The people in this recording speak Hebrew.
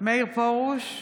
מאיר פרוש,